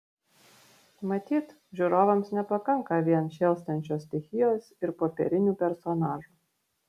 matyt žiūrovams nepakanka vien šėlstančios stichijos ir popierinių personažų